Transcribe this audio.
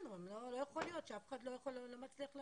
יש כאן נציג של ההסתדרות הכללית,